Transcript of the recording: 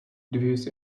views